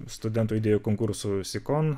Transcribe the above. studentų idėjų konkursų sikon